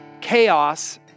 chaos